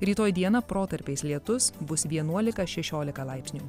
rytoj dieną protarpiais lietus bus vienuolika šešiolika laipsnių